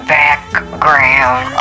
background